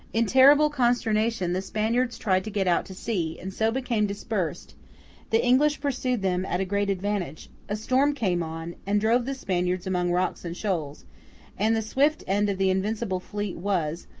in terrible consternation the spaniards tried to get out to sea, and so became dispersed the english pursued them at a great advantage a storm came on, and drove the spaniards among rocks and shoals and the swift end of the invincible fleet was,